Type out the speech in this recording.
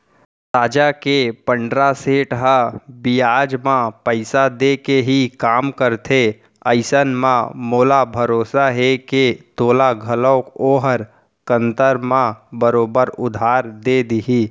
साजा के पंडरा सेठ ह बियाज म पइसा देके ही काम करथे अइसन म मोला भरोसा हे के तोला घलौक ओहर कन्तर म बरोबर उधार दे देही